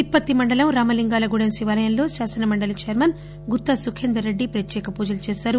తిప్పత్తి మండలం రామలింగాల గూడెం శివాలయంలో శాసన మండలి చైర్మెన్ గుత్తా సుఖేందర్ రెడ్డి ప్రత్యేక పూజలు చేశారు